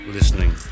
listening